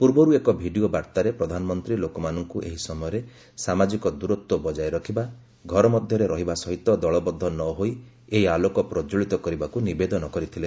ପୂର୍ବରୁ ଏକ ଭିଡ଼ିଓ ବାର୍ତ୍ତାରେ ପ୍ରଧାନମନ୍ତ୍ରୀ ଲୋକମାନଙ୍କୁ ଏହି ସମୟରେ ସାମାଜିକ ଦୂରତ୍ୱ ବଜାୟ ରଖିବା ଘର ମଧ୍ୟରେ ରହିବା ସହିତ ଦଳବଦ୍ଧ ନ ହୋଇ ଏହି ଆଲୋକ ପ୍ରଜ୍ୱଳିତ କରିବାକୁ ନିବେଦନ କରିଥିଲେ